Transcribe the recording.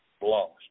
lost